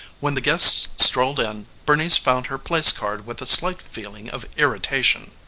when the guests strolled in bernice found her place-card with a slight feeling of irritation.